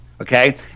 Okay